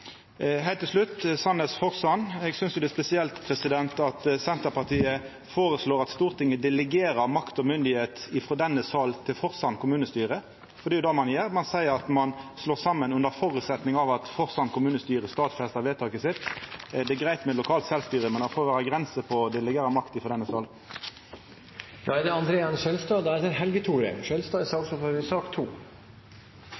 Heilt til slutt om Sandnes–Forsand: Eg synest det er spesielt at Senterpartiet føreslår at Stortinget delegerer makt og myndigheit frå denne salen til Forsand kommunestyre, for det er det ein gjer. Ein seier at ein slår saman under føresetnad av at Forsand kommunestyre stadfestar vedtaket sitt. Det er greitt med lokalt sjølvstyre, men det får vera grenser for å delegera makt frå denne salen. Til den saken som også representanten Njåstad nevnte, ligger det samme prinsippet for